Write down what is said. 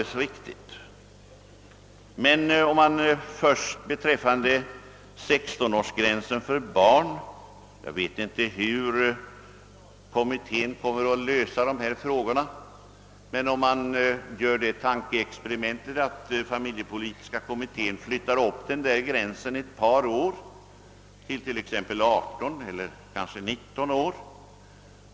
Beträffande 16-årsgränsen för barn vet inte jag vilken lösning familjepolitiska kommittén kan komma till, men låt oss göra det tankeexperimentet att kommittén flyttar gränsen till exempelvis 18 eller 19 år.